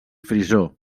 frisó